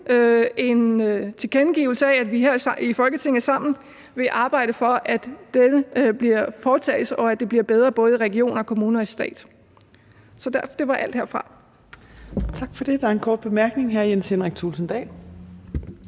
en tilkendegivelse af, at vi her i Folketinget sammen vil arbejde for, at dette foretages, og at det bliver bedre i både regioner og kommuner og i staten. Så det var alt herfra. Kl. 17:39 Fjerde næstformand (Trine Torp): Tak for det. Der er en kort bemærkning. Hr. Jens Henrik Thulesen Dahl.